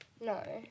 No